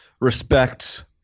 respect